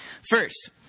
First